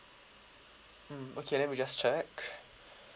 mm okay let me just check